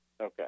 Okay